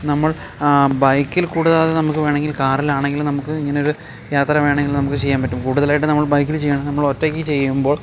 നമ്മൾ ബൈക്കിൽ കൂടാതെ നമുക്ക് വേണമെങ്കിൽ കാറിലാണെങ്കിലും നമുക്ക് ഇങ്ങനെയൊരു യാത്ര വേണമെങ്കിൽ നമുക്ക് ചെയ്യാൻ പറ്റും കൂടുതലായിട്ട് നമ്മൾ ബൈക്കിൽ ചെയ്യാൻ നമ്മൾ ഒറ്റയ്ക്ക് ചെയ്യുമ്പോൾ